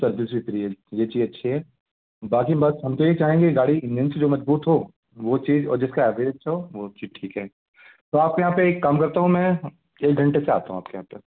service भी free है ये चीज़ अच्छी है बाक़ी बस हम तो यही चाहेंगे गाड़ी इंजन से जो मज़बूत हो वो चीज़ और जिसका एवरेज हो वो चीज़ ठीक है तो आपके यहाँ पर एक काम करता हुँ मैं एक घंटे से आता हूँ आपके यहाँ पर